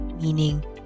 meaning